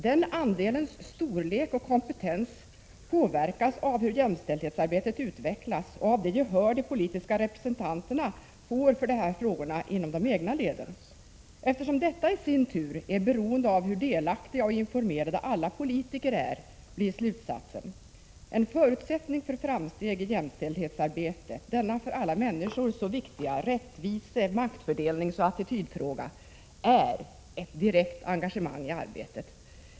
Den andelens storlek och kompetens påverkas av hur jämställdhetsarbetet utvecklas och av det gehör de politiska representanterna får för de här frågorna inom de egna leden. Eftersom detta i sin tur är beroende av hur delaktiga och informerade alla politiker är, blir slutsatsen: En förutsättning för framsteg i jämställdhetsarbetet — denna för alla människor så viktiga rättvise-, maktfördelningsoch attitydfråga — är ett direkt engagemang i arbetet.